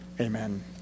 Amen